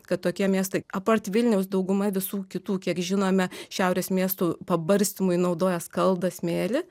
kad tokie miestai apart vilniaus dauguma visų kitų kiek žinome šiaurės miestų pabarstymui naudoja skaldą smėlį